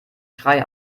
schrei